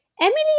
Emily